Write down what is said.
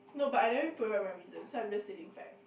no but I never provide my reason so I'm just stating fact